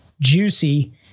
juicy